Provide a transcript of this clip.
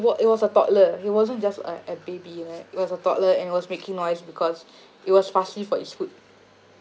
wa~ it was a toddler he wasn't just a a baby like it was a toddler and he was making noise because it was fussy for its food